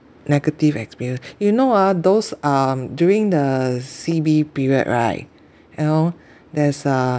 negative experience you know ah those um during the C_B period right you know there's a